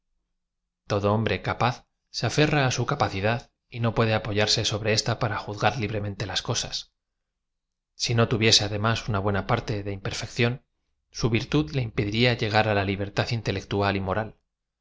todo hombre capaz se afcrra á su capacidad y no puede apoyarse sobre ésta p ara ju zga r librem ente las cosas si no tuviese además una buena parte de im perfección su virtud le impediría llegar á la libertad intelectual y moral